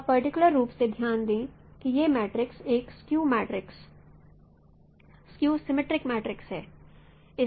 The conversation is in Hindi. आप पर्टिकुलर रूप से ध्यान दें कि ये मैट्रिक्स एक स्क्यू सिमेट्रिक मैट्रिक्स है